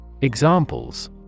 Examples